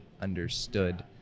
understood